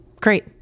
great